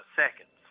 seconds